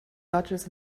dodges